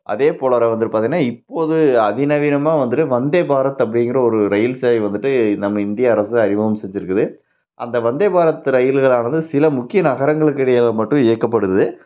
அதே போலாற வந்துட்டு பார்த்திங்கன்னா இப்போது அதிநவீனமான வந்துட்டு வந்தே பாரத் அப்படிங்கிற ஒரு ரயில் சேவை வந்துட்டு நம்ம இந்திய அரசு அறிமுகம் செஞ்சுருக்குது அந்த வந்தே பாரத் ரயில்களானது சில முக்கிய நகரங்களுக்கிடையில் மட்டும் இயக்கப்படுது